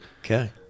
Okay